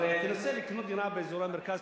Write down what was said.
הרי תנסה לקנות דירה באזור המרכז,